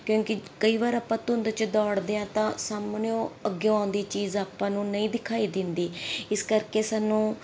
ਕਿਉਂਕਿ ਕਈ ਵਾਰ ਆਪਾਂ ਧੁੰਦ 'ਚ ਦੌੜਦੇ ਹਾਂ ਤਾਂ ਸਾਹਮਣਿਓ ਅੱਗਿਓਂ ਆਉਂਦੀ ਚੀਜ਼ ਆਪਾਂ ਨੂੰ ਨਹੀਂ ਦਿਖਾਈ ਦਿੰਦੀ ਇਸ ਕਰਕੇ ਸਾਨੂੰ